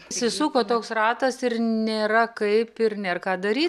įsusisuko toks ratas ir nėra kaip ir nebūna ką daryti